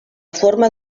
forma